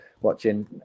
watching